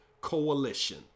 Coalition